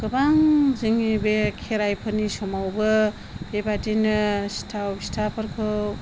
गोबां जोंनि बे खेराइफोरनि समावबो बेबादिनो सिथाव फिथाफोरखौ